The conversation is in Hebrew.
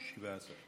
17 מיליארדים.